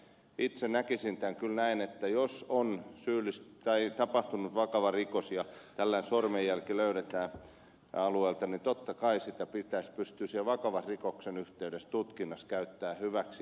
itse näkisin tämän kyllä näin että jos on tapahtunut vakava rikos ja tällainen sormenjälki löydetään alueelta niin totta kai sitä pitäisi pystyä vakavan rikoksen yhteydessä tutkinnassa käyttämään hyväksi